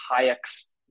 Hayek's